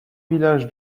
village